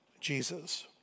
Jesus